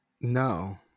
No